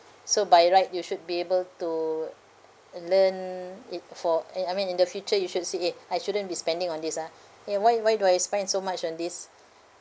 so by right you should be able to uh learn it for and I mean in the future you should see eh I shouldn't be spending on this ah ya why why do I spend so much on this